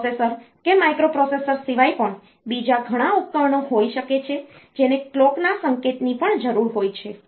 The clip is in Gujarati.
પ્રોસેસર કે માઈક્રોપ્રોસેસર સિવાય પણ બીજા ઘણા ઉપકરણો હોઈ શકે છે જેને કલોકના સંકેતની પણ જરૂર હોય છે